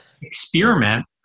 experiment